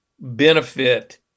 benefit